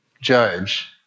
judge